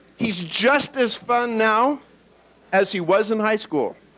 he's just as fun now as he was in high school.